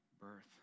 birth